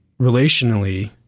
relationally